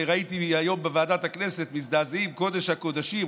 אני ראיתי היום שבוועדת הכנסת מזדעזעים: קודש הקודשים,